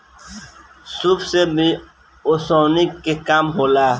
सूप से भी ओसौनी के काम होला